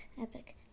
epic